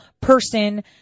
person